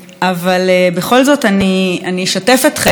אבל בכל זאת אני אשתף אתכם,